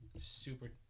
super